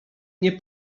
nie